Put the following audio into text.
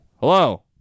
Hello